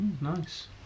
Nice